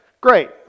great